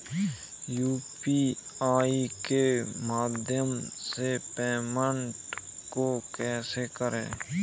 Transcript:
UPI के माध्यम से पेमेंट को कैसे करें?